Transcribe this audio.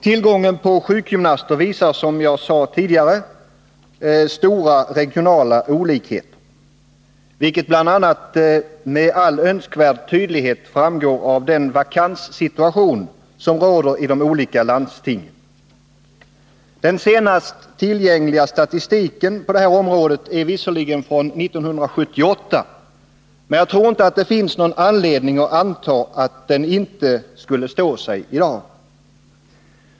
Tillgången på sjukgymnaster uppvisar, som jag nyss antydde, stora regionala olikheter, vilket med all önskvärd tydlighet framgår bl.a.:av den | vakanssituation som råder i de olika landstingen. Den senaste tillgängliga | statistiken på detta område är visserligen från 1978, men jag tror ändå inte att é ; 5 ala je utbildning, m.m. det finns anledning att anta att den inte skulle stå sig i dag.